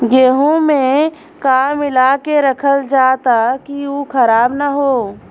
गेहूँ में का मिलाके रखल जाता कि उ खराब न हो?